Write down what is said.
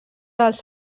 dels